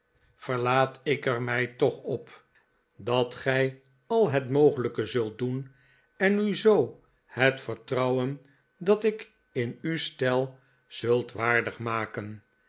verlaat ik er mij toch op dat gij al het mogelijke zult doen en u zoo het vertrouwen dat ik in u stel zult waardig maken